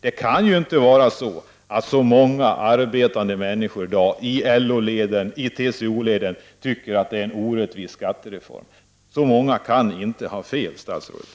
Det är många arbetande människor i LO och TCO-leden som tycker att skattereformen är orättvis. Så många kan inte ha fel, statsrådet.